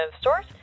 stores